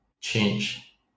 change